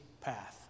path